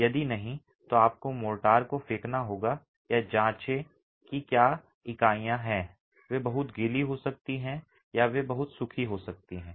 यदि नहीं तो आपको मोर्टार को फेंकना होगा या जांचें कि क्या इकाइयां हैं वे बहुत गीली हो सकती हैं या वे बहुत सूखी हो सकती हैं